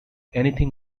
anything